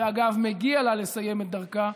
ואגב, מגיע לה לסיים את דרכה.